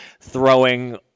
throwing